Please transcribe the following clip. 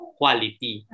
quality